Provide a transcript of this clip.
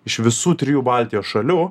iš visų trijų baltijos šalių